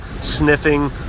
sniffing